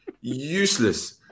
Useless